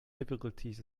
difficulties